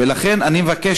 ולכן אני מבקש,